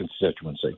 constituency